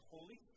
Holy